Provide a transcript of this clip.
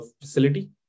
facility